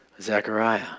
Zechariah